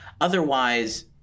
otherwise